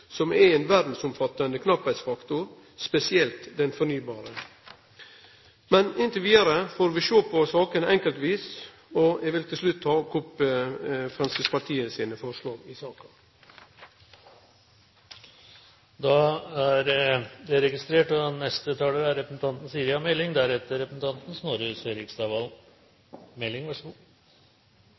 som er ein verdsomfattande knappleiksfaktor, spesielt den fornybare, men inntil vidare får vi sjå på sakene enkeltvis. Eg vil til slutt ta opp Framstegspartiet sine forslag i saka. Representanten Oskar J. Grimstad har tatt opp de forslagene han refererte til. Noen frukter er